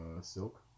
silk